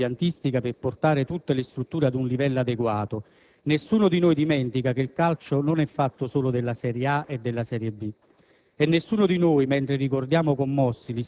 Resta però aperto il tema degli investimenti sull'impiantistica per portare tutte le strutture ad un livello adeguato. Nessuno di noi dimentica che il calcio non è fatto solo dalla serie A e dalla serie B,